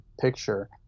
picture